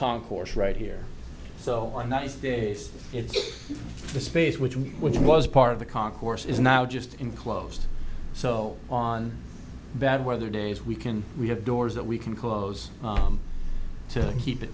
concourse right here so the nice days it's the space which which was part of the concourse is now just enclosed so on bad weather days we can we have doors that we can close to keep